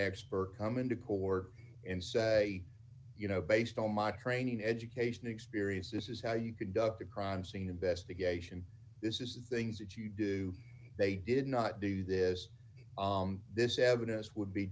expert come into corps and say you know based on my training education experience this is how you conduct a crime scene investigation this is the things that you do they did not do this this evidence would be